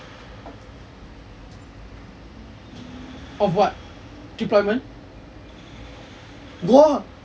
of what deployment